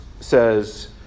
says